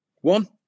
One